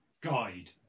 guide